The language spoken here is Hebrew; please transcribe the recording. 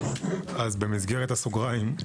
במסגרת הסוגריים,